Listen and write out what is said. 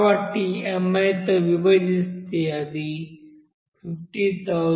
కాబట్టి mi తో విభజిస్తే అది 50000